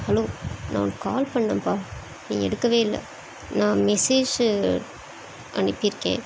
hello நான் உனக்கு call பண்ணேன்ப்பா நீ எடுக்கவே இல்லை நான் மெசேஜ்ஜி அனுப்பியிருக்கேன்